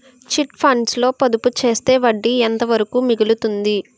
Chit funds లో పొదుపు చేస్తే వడ్డీ ఎంత వరకు మిగులుతుంది?